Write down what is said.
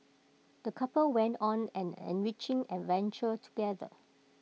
the couple went on an enriching adventure together